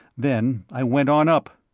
then i went on up.